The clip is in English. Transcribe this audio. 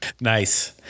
Nice